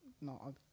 No